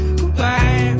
goodbye